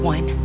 One